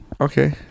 Okay